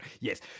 Yes